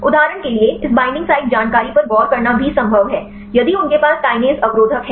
उदाहरण के लिए इस बॉन्डिंग साइट जानकारी पर गौर करना भी संभव है यदि उनके पास काइनेज अवरोधक हैं